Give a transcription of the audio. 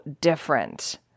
different